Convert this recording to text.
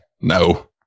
no